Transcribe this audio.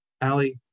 Allie